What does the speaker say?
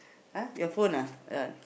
!huh! your phone ah